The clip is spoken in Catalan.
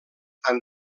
han